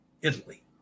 Italy